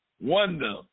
wonder